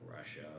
Russia